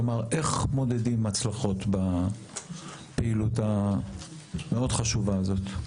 איך מודדים הצלחות בפעילות המאוד חשובה הזאת.